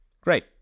Great